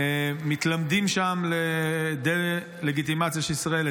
מתלמדים שם לדה-לגיטימציה של ישראל,